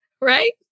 right